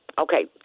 Okay